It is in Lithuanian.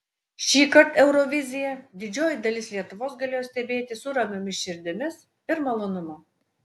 šįkart euroviziją didžioji dalis lietuvos galėjo stebėti su ramiomis širdimis ir malonumu